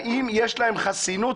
האם יש להם חסינות?